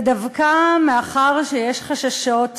ודווקא מאחר שיש חששות וחשדות,